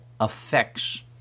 Affects